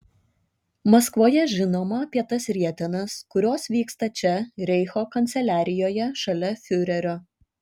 maskvoje žinoma apie tas rietenas kurios vyksta čia reicho kanceliarijoje šalia fiurerio